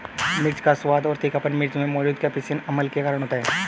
मिर्च का स्वाद और तीखापन मिर्च में मौजूद कप्सिसिन अम्ल के कारण होता है